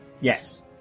yes